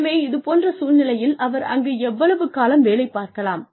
எனவே இதுபோன்ற சூழ்நிலையில் அவர் அங்கு எவ்வளவு காலம் வேலை பார்க்கலாம்